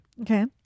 Okay